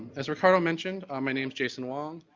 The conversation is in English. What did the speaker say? as ricardo mentioned, my name is jason wong.